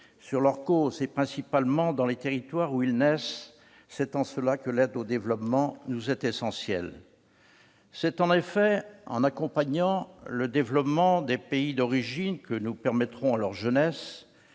-sur leurs causes, principalement dans les territoires où ils naissent. C'est en cela que l'aide au développement nous est essentielle. Il faut accompagner le développement des pays d'origine, pour permettre à leur jeunesse